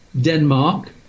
Denmark